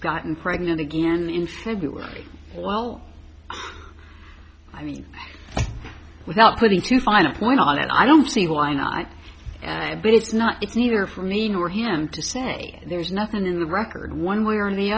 gotten pregnant again in february well i mean without putting too fine a point on it i don't see why not and i but it's not it's neither for me nor him to say there's nothing in the record one way or the